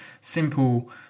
simple